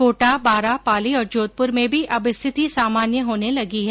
कोटा बारा पाली और जोधपुर में भी अब स्थिति सामान्य होने लगी है